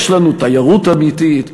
יש לנו תיירות אמיתית?